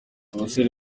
abasore